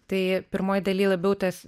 tai pirmoj daly labiau tas